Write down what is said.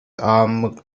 are